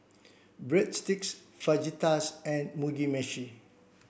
Breadsticks Fajitas and Mugi Meshi